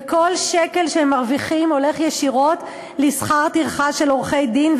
וכל שקל שהם מרוויחים הולך ישירות לשכר טרחה של עורכי-דין,